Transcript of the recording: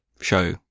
show